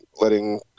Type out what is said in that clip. letting –